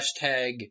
Hashtag